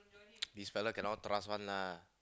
this fella cannot trust one lah